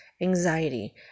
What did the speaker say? anxiety